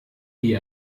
die